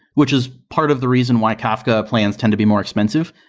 which is part of the reason why kafka plans tend to be more expensive.